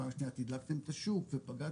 פעם שניה תדלקתם את השוק ופגעתם,